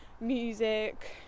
music